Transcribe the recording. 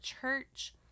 church